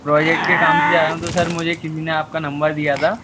project के काम से जा रहा हूँ तो सर मुझे किसी ने आपका नंबर दिया था